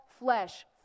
flesh